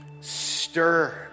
Stir